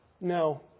No